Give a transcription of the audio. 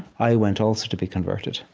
i want also to be converted,